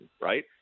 right